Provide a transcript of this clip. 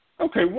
Okay